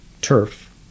turf